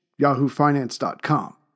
yahoofinance.com